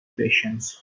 patience